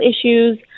issues